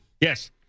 Yes